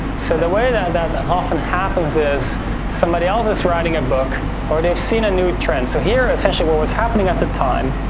so, the way that that often happens is somebody else is writing a book or they've seen a new trend. so, here, essentially what was happening at the time,